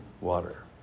water